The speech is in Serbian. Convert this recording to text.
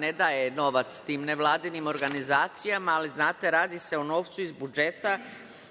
ne daje novac tim nevladinim organizacijama, ali znate, radi se o novcu iz budžeta